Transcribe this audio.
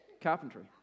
Carpentry